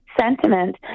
sentiment